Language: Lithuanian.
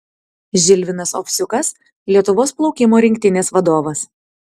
žilvinas ovsiukas lietuvos plaukimo rinktinės vadovas